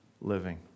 living